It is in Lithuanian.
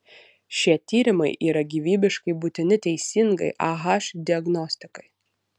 šie tyrimai yra gyvybiškai būtini teisingai ah diagnostikai